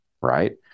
right